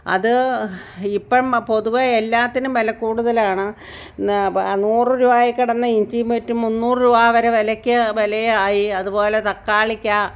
അത് ഇപ്പം പൊതുവെ എല്ലാത്തിനും വില കൂടുതലാണ് ന പ നൂറ് രൂപയിൽ കിടന്ന ഇഞ്ചിയും മറ്റും മുന്നൂറ് രൂപ വരെ വിലയ്ക്ക് വിലയായി അതുപോലെ തക്കാളിക്ക്